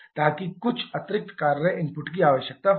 ताकि कुछ अतिरिक्त कार्य इनपुट की आवश्यकता होगी